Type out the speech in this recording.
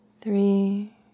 three